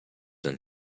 and